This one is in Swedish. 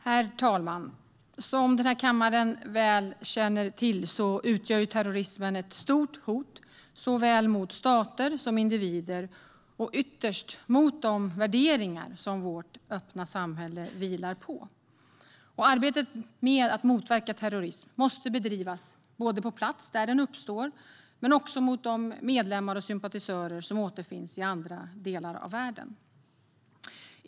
Herr talman! Som den här kammaren väl känner till utgör terrorismen ett stort hot mot såväl stater som individer och ytterst mot de värderingar som vårt öppna samhälle vilar på. Arbetet med att motverka terrorism måste bedrivas på plats där den uppstår men också mot de medlemmar och sympatisörer som återfinns i andra delar av världen.